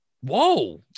Whoa